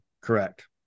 Correct